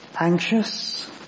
Anxious